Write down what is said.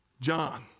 john